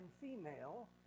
female